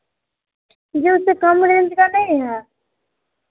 जी उससे कम रेंज का नहीं है